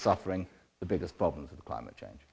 suffering the biggest problems of the climate change